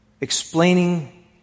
explaining